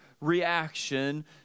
reaction